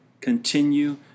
continue